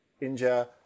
injure